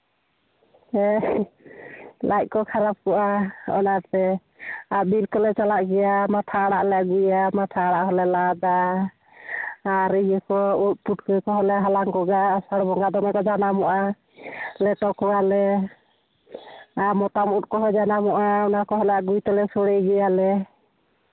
ᱦᱮᱸ ᱞᱟᱡ ᱠᱚ ᱠᱷᱟᱨᱟᱯᱚᱜᱼᱟ ᱚᱱᱟᱛᱮ ᱟᱨ ᱵᱤᱨ ᱠᱚᱞᱮ ᱪᱟᱞᱟᱜ ᱜᱮᱭᱟ ᱢᱟᱴᱷᱟ ᱟᱲᱟᱜ ᱞᱮ ᱟᱹᱜᱩᱭᱟ ᱢᱟᱴᱦᱟ ᱟᱲᱟᱜ ᱦᱚᱸᱞᱮ ᱞᱟᱫᱟ ᱟᱨ ᱩᱫ ᱯᱩᱴᱠᱟᱹ ᱠᱚᱦᱚᱸᱞᱮ ᱦᱟᱞᱟᱝ ᱠᱚᱣᱟ ᱟᱥᱟᱲ ᱵᱚᱸᱜᱟ ᱫᱚᱢᱮ ᱠᱚ ᱧᱟᱢᱚᱜᱼᱟ ᱞᱮᱴᱚ ᱠᱚᱣᱟᱞᱮ ᱟᱨ ᱢᱚᱛᱟᱢ ᱩᱫ ᱠᱚᱦᱚᱸ ᱡᱟᱱᱟᱢᱚᱜᱼᱟ ᱚᱱᱟ ᱠᱚᱦᱚᱸᱞᱮ ᱟᱹᱜᱩᱭ ᱛᱮᱞᱮ ᱤᱭᱟᱹᱭᱟᱞᱮ